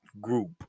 group